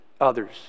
others